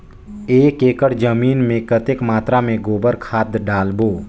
एक एकड़ जमीन मे कतेक मात्रा मे गोबर खाद डालबो?